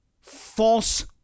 false